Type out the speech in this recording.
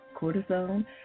cortisone